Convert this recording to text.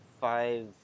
five